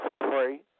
Pray